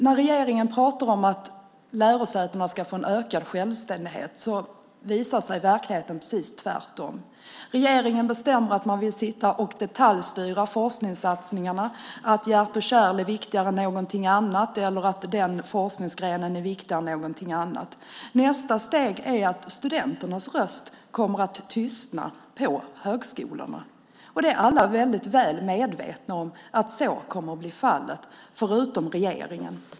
När regeringen pratar om att lärosätena ska få en ökad självständighet visar sig verkligheten vara precis tvärtom. Regeringen bestämmer att man vill sitta och detaljstyra forskningssatsningarna, att hjärt och kärlforskningen är viktigare än någonting annat eller att den forskningsgrenen är viktigare än någonting annat. Nästa steg är att studenternas röst kommer att tystna på högskolorna. Alla är väl medvetna om att så kommer att bli fallet, förutom regeringen.